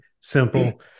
Simple